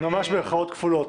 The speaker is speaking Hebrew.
במרכאות --- ממש במרכאות כפולות,